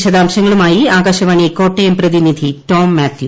വിശാംശങ്ങളുമായിആകാശുപ്പാണികോട്ടയം പ്രതിനിധി ടോംമാത്യു